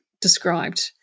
described